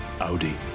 Audi